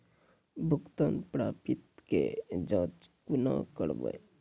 भुगतान प्राप्ति के जाँच कूना करवै?